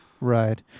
right